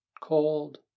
cold